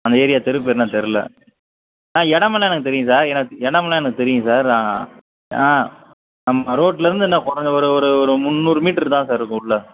அந்த ஏரியா தெரு பேர்லாம் தெரில ஆ இடமெல்லாம் எனக்கு தெரியும் சார் எடம் இடமெல்லாம் எனக்குத் தெரியும் சார் ஆனால் ஆ ஆமாம் ரோட்டுலேர்ந்து என்ன ஒரு ஒரு ஒரு ஒரு முந்நூறு மீட்ரு தான் சார் இருக்கும் உள்ளே